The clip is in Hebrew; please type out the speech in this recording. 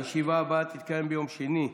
הישיבה הבאה תתקיים ביום שני,